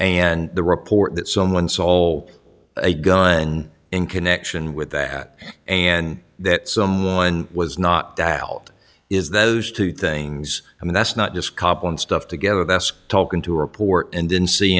and the report that someone stole a gun in connection with that and that someone was not doubt is those two things i mean that's not just cop on stuff together best talking to report and didn't see